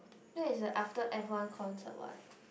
that is like after F one concert what